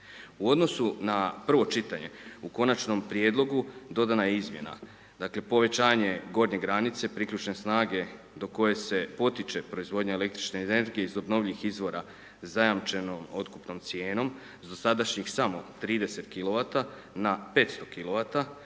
U odnosu na prvo čitanje u Konačnom prijedlogu dodana je izmjena, dakle, povećanje gornje granice priključne snage do koje se potiče proizvodnja električne energije iz obnovljivih izvora zajamčenom otkupnom cijenom s dosadašnjih samo 30 kilovata na